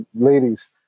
ladies